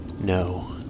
no